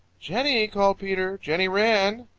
jenny! called peter. jenny wren!